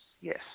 Yes